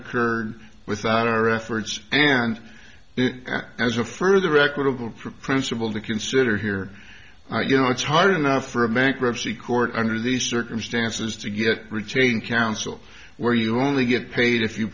occurred without our efforts and as a further equitable principle to consider here you know it's hard enough for a bankruptcy court under these circumstances to get retain counsel where you only get paid if you